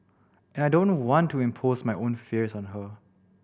and I don't want to impose my own fears on her